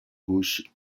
gauche